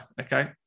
okay